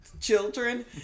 children